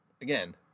again